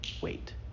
wait